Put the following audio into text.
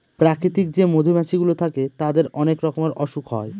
প্রাকৃতিক যে মধুমাছি গুলো থাকে তাদের অনেক রকমের অসুখ হয়